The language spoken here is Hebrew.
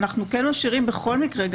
אנחנו כן משאירים בכל מקרה,